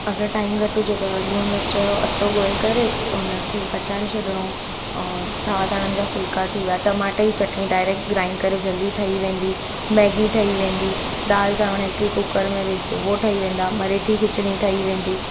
अगरि टाइम घटि हुजे त लूणु मिर्च जो अटो ॻोहे करे हुन खे पचाए छॾिणो और सावा धाणनि जा फुलिका थी विया टमाटे जी चटिणी डाइरेक्ट ग्राईंड करे जल्दी ठही वेंदी मैगी ठही वेंदी दाल चांवर हिकु ई कुकर में विझु उहो ठही वेंदा मरहिटी खिचड़ी ठही वेंदी